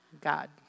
God